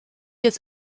des